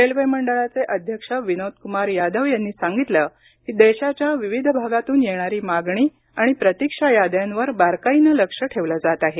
railway मंडळाचे अध्यक्ष विनोद कुमार यादव यांनी सांगितलं की देशाच्या विविध भागातून येणारी मागणी आणि प्रतीक्षा याद्यावर बारकाईने लक्ष ठेवल जात आहे